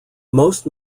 most